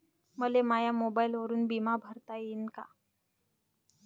मले माया मोबाईलवरून बिमा भरता येईन का?